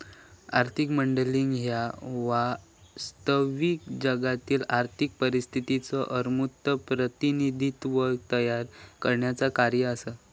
आर्थिक मॉडेलिंग ह्या वास्तविक जागतिक आर्थिक परिस्थितीचो अमूर्त प्रतिनिधित्व तयार करण्याचा कार्य असा